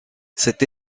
cette